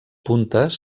puntes